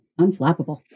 unflappable